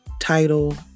title